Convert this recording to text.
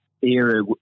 era